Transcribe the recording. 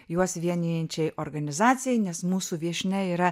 juos vienijančiai organizacijai nes mūsų viešnia yra